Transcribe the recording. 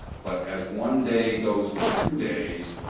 but as one day goes to two days,